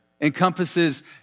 encompasses